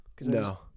No